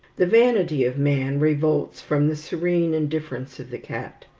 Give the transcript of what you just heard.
the vanity of man revolts from the serene indifference of the cat.